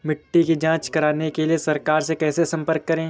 मिट्टी की जांच कराने के लिए सरकार से कैसे संपर्क करें?